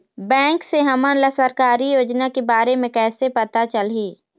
Bank से हमन ला सरकारी योजना के बारे मे कैसे पता चलही?